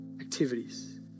activities